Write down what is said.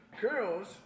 girls